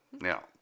Now